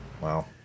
Wow